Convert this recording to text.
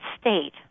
state